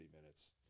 minutes